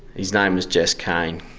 his name was jess caine.